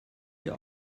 hier